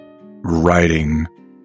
writing